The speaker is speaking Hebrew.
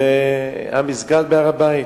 המסגד בהר-הבית.